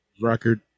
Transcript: record